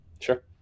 Sure